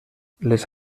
les